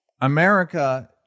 America